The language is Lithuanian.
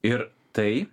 ir tai